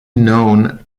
known